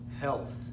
health